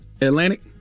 Atlantic